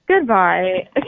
Goodbye